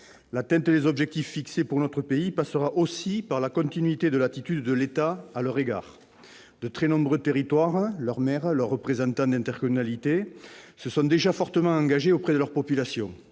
L'atteinte des objectifs fixés pour notre pays passera aussi par la continuité de l'attitude de l'État à leur égard. De très nombreux territoires, leurs maires et les présidents de leurs intercommunalités se sont déjà fortement engagés auprès de leurs populations.